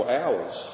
hours